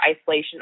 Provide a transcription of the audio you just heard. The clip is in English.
isolation